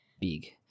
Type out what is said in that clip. Big